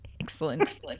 excellent